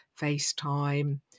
FaceTime